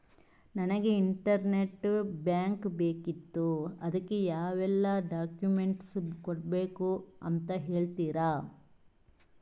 ನನಗೆ internet bank ಬೇಕಿತ್ತು ಅದಕ್ಕೆ ಯಾವೆಲ್ಲಾ ಡಾಕ್ಯುಮೆಂಟ್ಸ್ ಕೊಡ್ಬೇಕು ಅಂತ ಹೇಳ್ತಿರಾ?